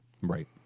right